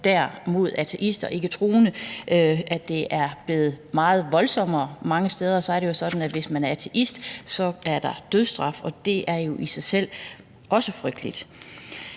mod ateister og ikketroende. Mange steder er det jo sådan, at hvis man er ateist, er der dødsstraf, og det er jo i sig selv også frygteligt.